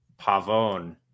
Pavone